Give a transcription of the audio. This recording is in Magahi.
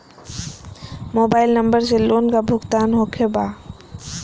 मोबाइल नंबर से लोन का भुगतान होखे बा?